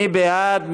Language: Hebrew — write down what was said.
מי בעד?